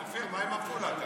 אופיר, מה עם עפולה?